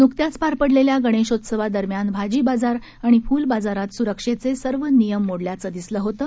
न्कत्याच पार पडलेल्या गणेशोत्सवा दरम्यान भाजी बाजार आणि फूल बाजारात स्रक्षेचे सर्व नियम मोडल्याचं दिसलं होतं